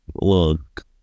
Look